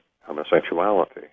homosexuality